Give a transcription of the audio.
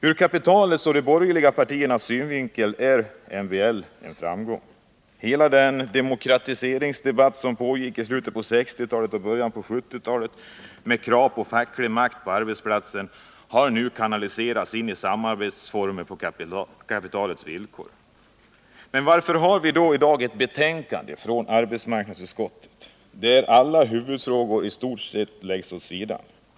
Ur kapitalets och de borgerliga partiernas synvinkel är MBL en framgång. Hela den demokratiseringsdebatt som pågick i slutet av 1960-talet och början av 1970-talet med krav på facklig makt på arbetsplatsen har nu kanaliserats in på samarbete på kapitalets villkor. Men varför har vi då i dag ett betänkande från arbetsmarknadsutskottet, däri stort sett alla huvudfrågor läggs åt sidan?